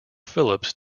phillips